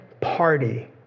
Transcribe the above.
party